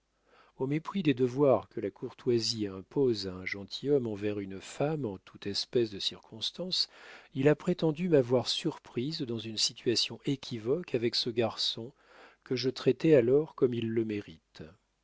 au mépris des devoirs que la courtoisie impose à un gentilhomme envers une femme en toute espèce de circonstance il a prétendu m'avoir surprise dans une situation équivoque avec ce garçon que je traitais alors comme il le mérite